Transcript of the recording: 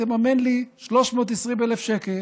תממן לי 320,000 שקל